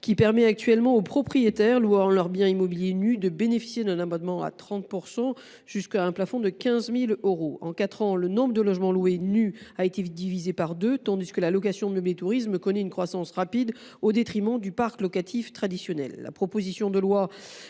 qui permet actuellement aux propriétaires louant leur bien immobilier nu de bénéficier d’un abattement de 30 % jusqu’à un plafond de 15 000 euros. En quatre ans, le nombre de logements loués nus a été divisé par deux, tandis que la location de meublés touristiques connaît une croissance rapide, au détriment du parc locatif traditionnel.